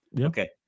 Okay